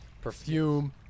Perfume